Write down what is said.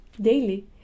daily